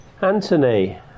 Anthony